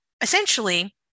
essentially